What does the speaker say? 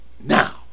now